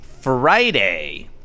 Friday